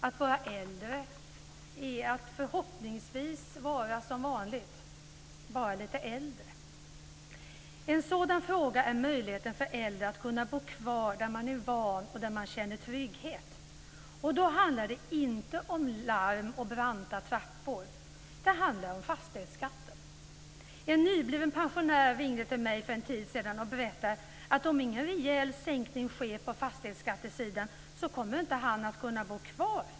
Att vara äldre är att förhoppningsvis vara som vanligt - bara lite äldre. En sådan fråga är möjligheten för äldre att bo kvar där man är van och där man känner trygghet. Och då handlar det inte om larm och branta trappor. Det handlar om fastighetsskatten. En nybliven pensionär ringde till mig för en tid sedan och berättade att om ingen rejäl sänkning sker av fastighetsskatten så kommer han inte att kunna bo kvar.